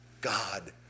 God